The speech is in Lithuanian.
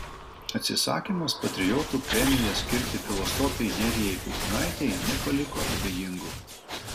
atsisakymas patriotų premiją skirti filosofei nerijai putinaitei nepaliko abejingų